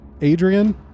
Adrian